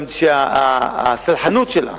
שהסלחנות שלה